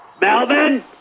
Melvin